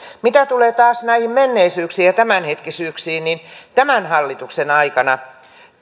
mitä tulee taas näihin menneisyyksiin ja tämänhetkisyyksiin niin tämän hallituksen aikana